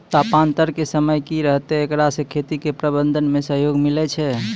तापान्तर के समय की रहतै एकरा से खेती के प्रबंधन मे सहयोग मिलैय छैय?